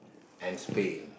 and Spain